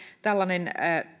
tällainen